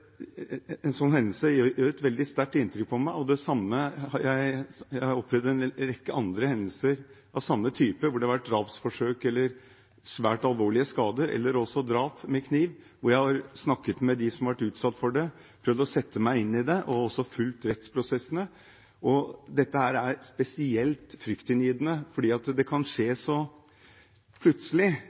har opplevd en rekke andre hendelser av samme type, hvor det har vært drapsforsøk eller svært alvorlige skader eller også drap med kniv. Jeg har snakket med dem som har vært utsatt for det, prøvd å sette meg inn i det og også fulgt rettsprosessene. Dette er spesielt fryktinngytende fordi det kan skje så plutselig,